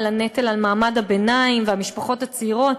לעניין הנטל שעל מעמד הביניים והמשפחות הצעירות,